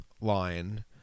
line